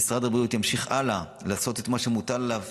משרד הבריאות ימשיך הלאה לעשות את מה שמוטל עליו,